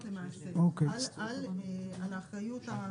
לא מסתכלים עליו רק כמוצר מזון אלא גם